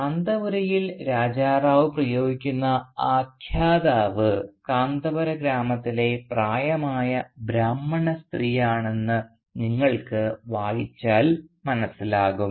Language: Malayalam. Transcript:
കാന്തപുരയിൽ രാജാ റാവു പ്രയോഗിക്കുന്ന ആഖ്യാതാവ് കാന്തപുര ഗ്രാമത്തിലെ പ്രായമായ ബ്രാഹ്മണസ്ത്രീയാണെന്ന് നിങ്ങൾക്ക് വായിച്ചാൽ മനസ്സിലാകും